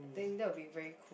think that will be very cool